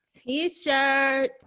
t-shirt